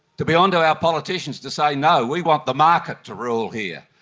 to be onto our politicians to say no, we want the market to rule here,